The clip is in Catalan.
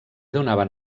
donaven